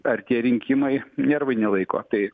artėja rinkimai nervai nelaiko tai